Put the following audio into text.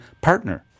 partner